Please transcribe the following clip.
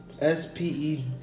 S-P-E